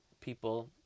people